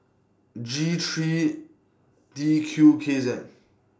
G three T Q K Z